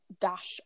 dash